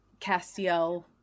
Castiel